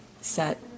set